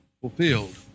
fulfilled